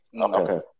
Okay